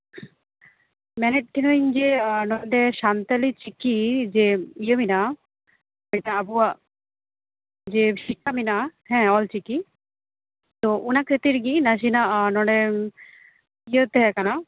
ᱢᱮᱱᱮᱫ ᱛᱟᱦᱮᱱᱟᱹᱧ ᱡᱮ ᱱᱚᱰᱮ ᱥᱟᱱᱛᱟᱞᱤ ᱪᱤᱠᱤ ᱡᱮ ᱤᱭᱟᱹ ᱢᱮᱱᱟᱜᱼᱟ ᱡᱮᱴᱟ ᱟᱵᱚᱣᱟᱜ ᱡᱮ ᱥᱤᱠᱠᱷᱟ ᱢᱮᱱᱟᱜᱼᱟ ᱦᱮᱸ ᱚᱞ ᱪᱤᱠᱤ ᱛᱚ ᱚᱱᱟ ᱠᱷᱟᱹᱛᱤᱨ ᱜᱮ ᱱᱟᱥᱮᱱᱟᱜ ᱱᱚᱰᱮ ᱤᱭᱟᱹ ᱛᱟᱦᱮᱸᱠᱟᱱᱟ